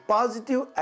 Positive